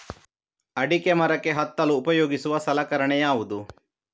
ಅಡಿಕೆ ಮರಕ್ಕೆ ಹತ್ತಲು ಉಪಯೋಗಿಸುವ ಸಲಕರಣೆ ಯಾವುದು?